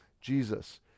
Jesus